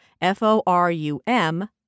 F-O-R-U-M